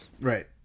Right